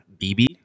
BB